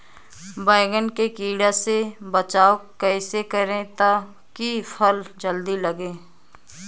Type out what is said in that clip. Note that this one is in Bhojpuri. बैंगन के कीड़ा से बचाव कैसे करे ता की फल जल्दी लगे?